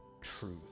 truth